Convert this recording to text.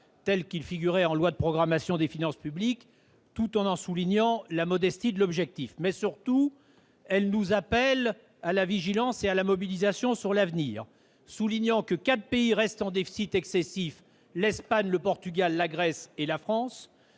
tel qu'il figurait en loi de programmation des finances publiques, tout en soulignant la modestie dudit objectif. Surtout, elle nous appelle à la vigilance et à la mobilisation pour l'avenir, soulignant que quatre pays restent en déficit excessif : l'Espagne, le Portugal, la Grèce et la France.